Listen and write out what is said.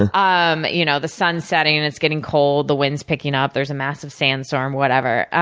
and um you know the sun's setting, and it's getting cold. the wind's picking up, there's a massive sandstorm, whatever.